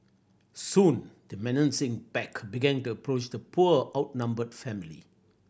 soon the menacing pack began to approach the poor outnumbered family